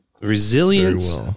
Resilience